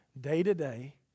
day-to-day